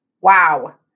Wow